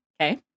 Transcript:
Okay